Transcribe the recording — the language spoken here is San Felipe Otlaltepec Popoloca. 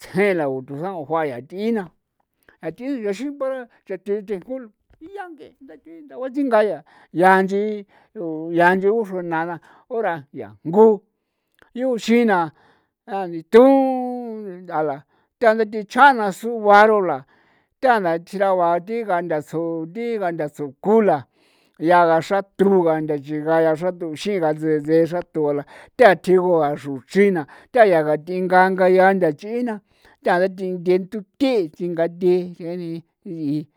tsje la uthusaon juau na yaa thi na yaa thi ixin para yaa thi jun yangee ya thi yaa nchi ru ya inchi ya nchi uxruenara na ora ya njgu yuuxin na ndithun nth'a la tanda thi chjana sugua rola thana na thjira ba thi gantha su thi gantha suku la yaa gasa xrtru gantha yii gaa yaa gatatuxin gasee se'e gatu ba la ti'a thigu a xruchri naa thia ya ga tii nga ngayaa ntha ch'ina ntha ga thinye thu thi chinga th'ie.